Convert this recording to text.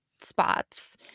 spots